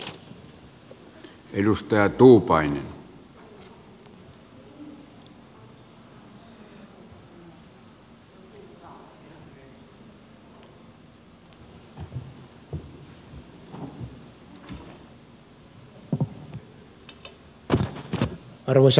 arvoisa oikeuskansleri